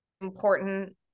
important